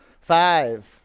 Five